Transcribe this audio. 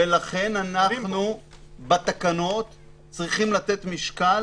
לכן אנחנו בתקנות צריכים לתת משקל